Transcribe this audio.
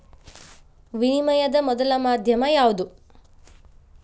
ವಿನಿಮಯದ ಮೊದಲ ಮಾಧ್ಯಮ ಯಾವ್ದು